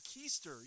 keister